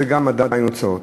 זה גם עדיין הוצאות.